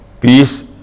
peace